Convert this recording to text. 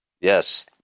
Yes